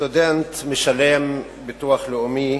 סטודנט משלם ביטוח לאומי.